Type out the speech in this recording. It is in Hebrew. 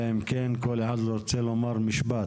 אלא אם כן כל אחד רוצה לומר משפט,